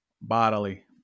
bodily